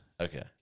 Okay